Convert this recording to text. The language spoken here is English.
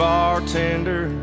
Bartender